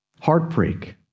heartbreak